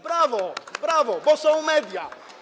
Brawo, brawo, bo są media.